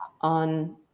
on